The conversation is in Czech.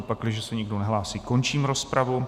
Pakliže se nikdo nehlásí, končím rozpravu.